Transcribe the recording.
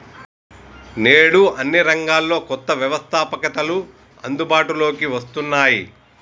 నేడు అన్ని రంగాల్లో కొత్త వ్యవస్తాపకతలు అందుబాటులోకి వస్తున్నాయి